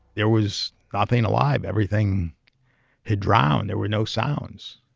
there was nothing alive. everything had drowned. there were no sounds.